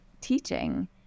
teaching